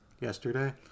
Yesterday